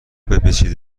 بپیچید